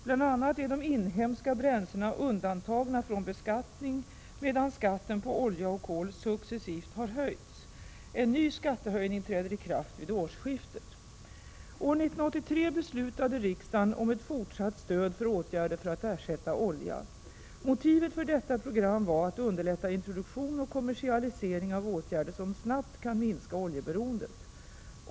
Bl.a. är de inhemska bränslena undantagna från beskattning, medan skatten på olja och kol successivt har höjts. En ny skattehöjning träder i kraft vid årsskiftet. År 1983 beslutade riksdagen om ett fortsatt stöd för åtgärder för att ersätta olja. Motivet för detta program var att underlätta introduktion och kommersialisering av åtgärder som snabbt kan minska oljeberoendet.